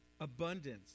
abundance